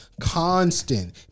constant